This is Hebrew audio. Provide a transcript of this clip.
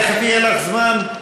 תכף יהיה לך זמן.